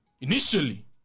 initially